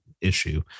issue